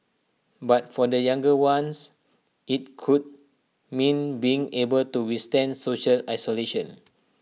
but for the younger ones IT could mean being able to withstand social isolation